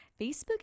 facebook